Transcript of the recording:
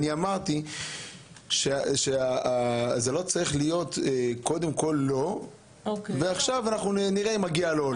אמרתי שזה לא צריך להיות קודם כל לא ועכשיו נראה אם מגיע לו.